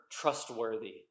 trustworthy